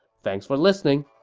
thanks for listening